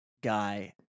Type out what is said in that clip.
guy